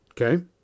Okay